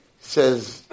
says